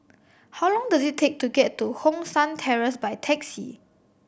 how long does it take to get to Hong San Terrace by taxi